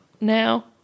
now